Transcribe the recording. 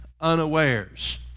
unawares